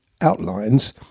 outlines